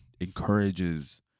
encourages